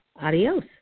adios